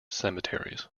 cemeteries